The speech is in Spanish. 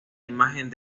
imagen